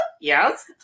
Yes